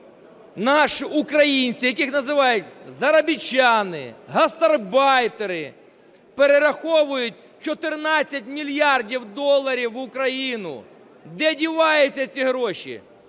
наші українці, яких називають заробітчани, гастарбайтери, перераховують 14 мільярдів доларів в Україну? Де діваються ці гроші?